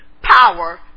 Power